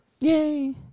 Yay